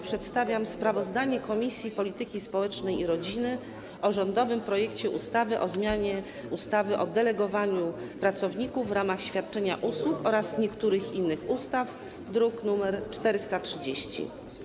Przedstawiam sprawozdanie Komisji Polityki Społecznej i Rodziny o rządowym projekcie ustawy o zmianie ustawy o delegowaniu pracowników w ramach świadczenia usług oraz niektórych innych ustaw, druk nr 430.